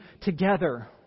together